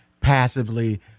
passively